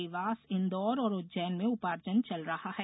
देवास इंदौर और उज्जैन में उपार्जन चल रहा है